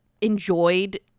enjoyed